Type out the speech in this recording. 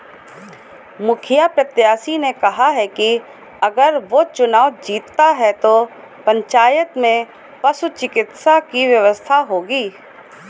मुखिया प्रत्याशी ने कहा कि अगर वो चुनाव जीतता है तो पंचायत में पशु चिकित्सा की व्यवस्था होगी